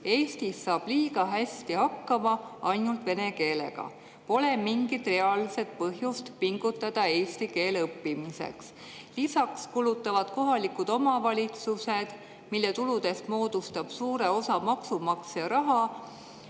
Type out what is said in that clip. Eestis saab liiga hästi hakkama ainult vene keelega. Pole mingit reaalset põhjust pingutada eesti keele õppimiseks. Lisaks kulutavad kohalikud omavalitsused, mille tuludest moodustab suure osa maksumaksja raha,